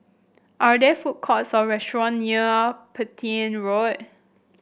are there food courts or restaurant near Petain Road